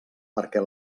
perquè